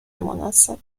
مناسب